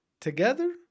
together